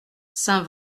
saint